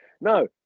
No